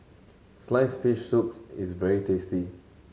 sliced fish soup is very tasty